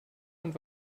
und